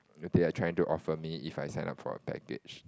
they are trying to offer me if I sign up for a package